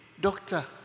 Doctor